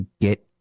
get